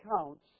accounts